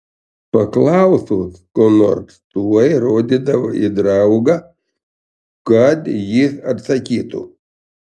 paklausus ko nors tuoj rodydavo į draugą kad jis atsakytų